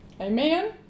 Amen